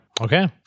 Okay